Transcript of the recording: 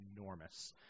enormous